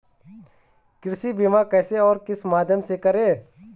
कृषि बीमा कैसे और किस माध्यम से करें?